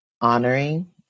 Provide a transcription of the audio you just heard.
honoring